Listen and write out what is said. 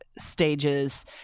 stages